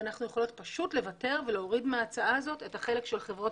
ואנחנו יכולות פשוט לוותר ולהוריד מההצעה הזאת את החלק של חברות